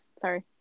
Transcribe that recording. Sorry